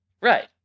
Right